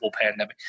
pandemic